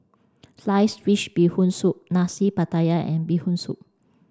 Sliced Fish Bee Hoon Soup Nasi Pattaya and Bee Hoon Soup